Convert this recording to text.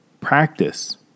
Practice